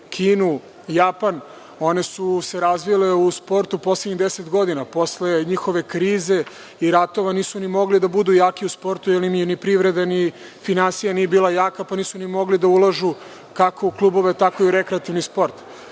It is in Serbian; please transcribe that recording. Kinu i Japan, one su se razvile u sportu poslednjih deset godina. Posle njihovih kriza i ratova nisu ni mogle da budu jake u sportu, jer im ni privreda ni finansije nisu bile jake, pa nisu ni mogle da ulažu, kako u klubove, tako i u rekreativni